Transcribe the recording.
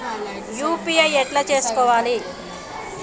UPI ఎట్లా చేసుకోవాలి?